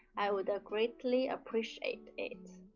i would ah greatly appreciate it.